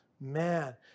Man